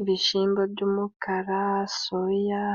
Ibishimbo by'umukara, soya,